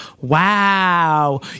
wow